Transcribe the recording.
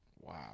Wow